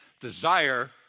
desire